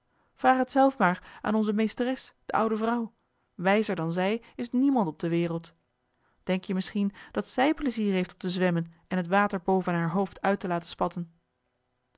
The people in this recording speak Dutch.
vraag het zelf maar aan onze meesteres de oude vrouw wijzer dan zij is niemand op de wereld denk je misschien dat zij plezier heeft om te zwemmen en het water boven haar hoofd uit te laten spatten